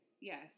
Yes